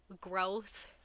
growth